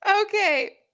Okay